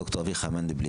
ד"ר אביחי מנדלבליט,